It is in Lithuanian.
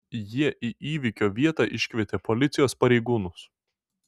jie į įvykio vietą iškvietė policijos pareigūnus